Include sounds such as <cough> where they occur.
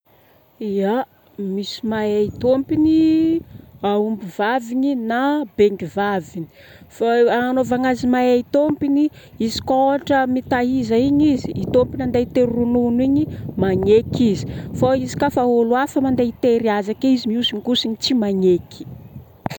<noise> Ya misy mahay tômpony aomby vaviny <noise> na bêngy vaviny. <noise> fô agnanôvagnazy mahay tômpony. <noise> izy kôa ôhatra mitaiza igny izy.I tômpony andeha itery ronono igny magneky izy. Fô izy kôa fa olo hafa mandeha itery azy akeo izy mihosinkosigny tsy magneky <noise>